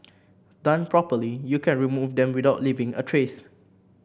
done properly you can remove them without leaving a trace